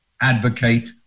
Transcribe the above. advocate